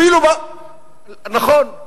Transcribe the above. נכון,